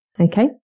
Okay